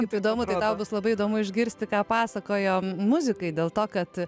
kaip įdomu tai tau bus labai įdomu išgirsti ką pasakojo muzikai dėl to kad